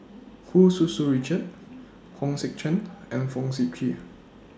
Hu Tsu Tau Richard Hong Sek Chern and Fong Sip Chee